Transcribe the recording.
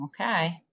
Okay